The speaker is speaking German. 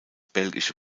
belgische